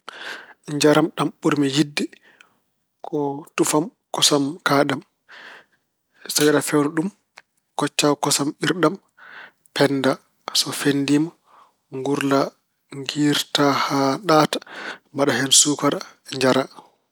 Njaram ɗam ɓurmi yiɗde ko tufam kosam kaaɗam. Tawi aɗa feewna ɗum koccata ko kosam biraaɗam pennda. So fenndiima, nguurla, ngiirta haa ɗaata mbaɗa hen suukara, njara.